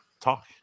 talk